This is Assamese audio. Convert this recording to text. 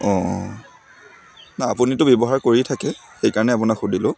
অঁ না আপুনিতো ব্যৱহাৰ কৰি থাকে সেইকাৰণে আপোনাক সুধিলোঁ